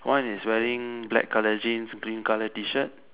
one is wearing black colour jeans green colour T-shirt